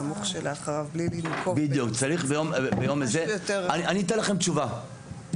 שלאחריו בלי לנקוב --- אני אתן לכם תשובה פשוטה.